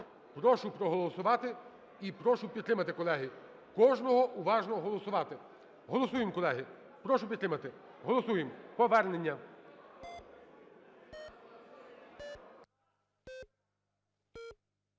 Прошу проголосувати і прошу підтримати, колеги. Кожному уважно голосувати. Голосуємо, колеги. Прошу підтримати. Голосуємо повернення.